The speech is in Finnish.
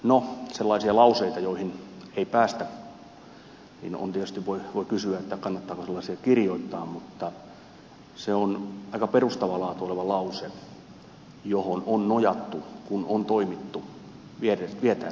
no sellaisten lauseiden osalta joihin ei päästä voi tietysti kysyä kannattaako sellaisia kirjoittaa mutta se on aika perustavaa laatua oleva lause johon on nojattu kun on toimittu vietäessä sosiaaliturvaa eteenpäin